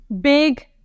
big